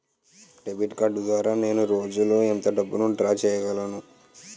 Debit card ద్వారా నేను రోజు లో ఎంత డబ్బును డ్రా చేయగలను?